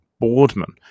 boardman